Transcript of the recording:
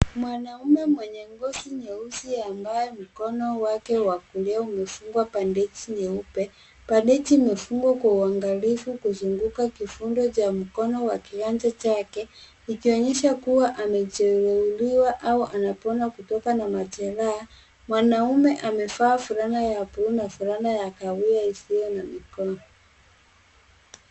Mwanaume mwenye ngozi nyeusi ambaye mkono wake wa kulia umefungwa bandeji nyeupe. Bandeji imefungwa kwa uangalifu kuzunguka kifundo cha mkono wa kiganja chake, ikionyesha kuwa amejeruhiwa au anapona kutokana na majeraha. Mwanaume amevaa fulana ya buluu na fulana ya kahawia isiyo na mikono.